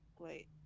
wait